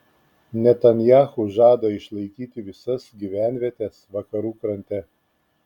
netanyahu žada išlaikyti visas gyvenvietes vakarų krante